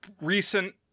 recent